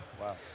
Wow